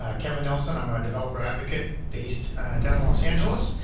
ah kevin nelson. i'm a developer advocate based down in los angeles.